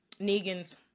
Negan's